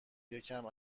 یکم